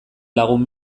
lagun